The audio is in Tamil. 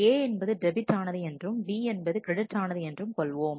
A என்பது டெபிட் ஆனது என்றும் B என்பது கிரெடிட் ஆனது என்றும் கொள்வோம்